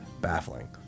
baffling